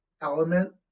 element